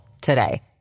today